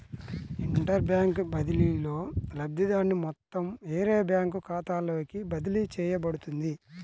inter bank బదిలీలో, లబ్ధిదారుని మొత్తం వేరే బ్యాంకు ఖాతాలోకి బదిలీ చేయబడుతుంది